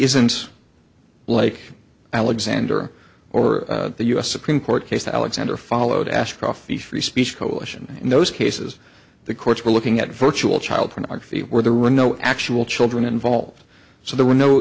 isn't like alexander or the us supreme court case alexander followed ashcroft the free speech coalition in those cases the courts were looking at virtual child pornography where there were no actual children involved so there were no